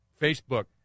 Facebook